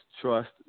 trust